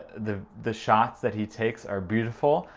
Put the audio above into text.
the the shots that he takes are beautiful,